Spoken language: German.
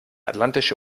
atlantische